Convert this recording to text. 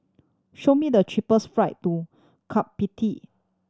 show me the cheapest flight to Kiribati